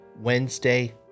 Wednesday